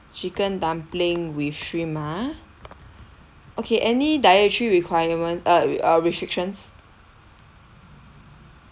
chicken dumpling with shrimp ah okay any dietary requirements uh uh restrictions